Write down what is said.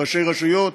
ראשי רשויות.